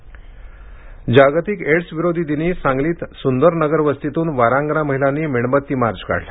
AIDS Sangli जागतिक एड्सविरोधी दिनी सांगलीत सुंदरनगर वस्तीतून वारांगना महिलांनी मेणबत्ती मार्च काढला